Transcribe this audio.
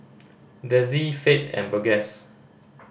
Dezzie Fate and Burgess